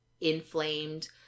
inflamed